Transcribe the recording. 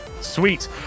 Sweet